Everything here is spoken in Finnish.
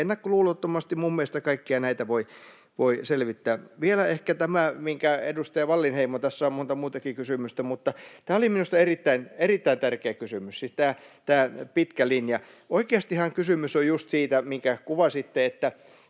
ennakkoluulottomasti minun mielestäni kaikkia näitä voi selvittää. Otetaan ehkä vielä tämä, minkä edustaja Wallinheimo esitti. Tässä on monta muutakin kysymystä, mutta tämä oli minusta erittäin tärkeä kysymys, siis tästä pitkästä linjasta. Oikeastihan kysymys on just siitä, minkä kuvasitte, että